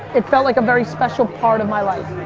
it felt like a very special part of my life.